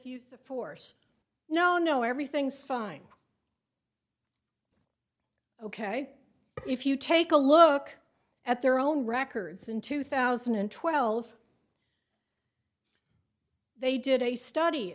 you force no no everything's fine ok if you take a look at their own records in two thousand and twelve they did a study